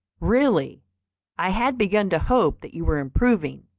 really i had begun to hope that you were improving,